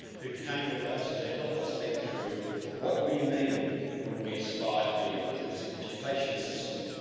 who came with us to help us think through what we mean when we aspire to be an inclusive education system,